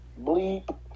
Bleep